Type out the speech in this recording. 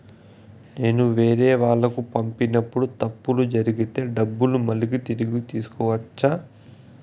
నేను వేరేవాళ్లకు పంపినప్పుడు తప్పులు జరిగితే డబ్బులు మళ్ళీ తిరిగి తీసుకోవచ్చా?